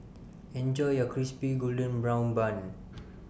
Enjoy your Crispy Golden Brown Bun